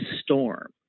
storm